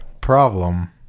problem